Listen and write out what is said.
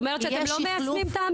<<